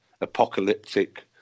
apocalyptic